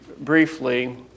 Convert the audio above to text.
briefly